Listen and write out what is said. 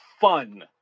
fun